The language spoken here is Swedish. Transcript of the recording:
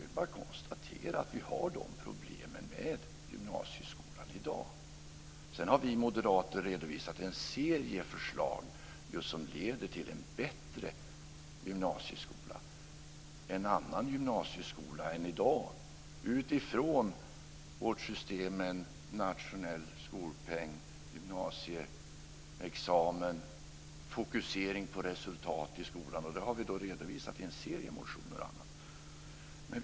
Det är ju bara att konstatera att vi har de problemen med gymnasieskolan i dag. Sedan har vi moderater redovisat en serie förslag som leder till en bättre gymnasieskola, en annan gymnasieskola än i dag, utifrån vårt system med en nationell skolpeng, gymnasieexamen och fokusering på resultat i skolan. Det har vi redovisat i en serie motioner och annat.